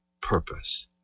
purpose